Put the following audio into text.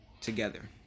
together